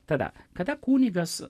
tada kada kunigas